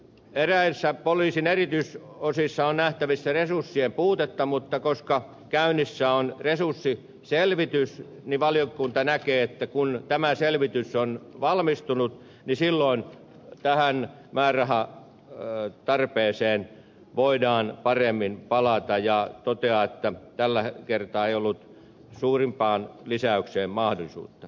eräissä poliisin erityisosissa on nähtävissä resurssien puutetta mutta koska käynnissä on resurssiselvitys niin valiokunta näkee että kun tämä selvitys on valmistunut niin silloin tähän määrärahatarpeeseen voidaan paremmin palata ja toteaa että tällä kertaa ei ollut suurempaan lisäykseen mahdollisuutta